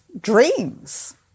dreams